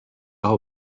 aho